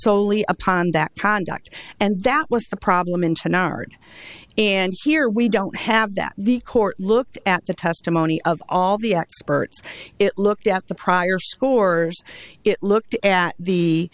solely upon that conduct and that was a problem in janardan and here we don't have that the court looked at the testimony of all the experts it looked at the prior scores it looked at the